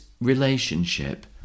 relationship